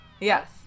Yes